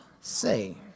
say